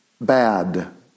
bad